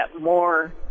more